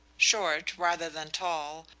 short, rather than tall,